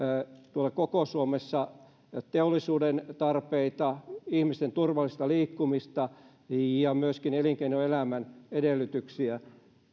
tuolla koko suomessa teollisuuden tarpeita ihmisten turvallista liikkumista ja myöskin elinkeinoelämän edellytyksiä